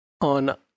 on